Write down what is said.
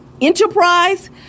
enterprise